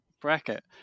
bracket